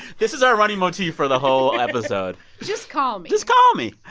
this is our running motif for the whole episode just call me just call me.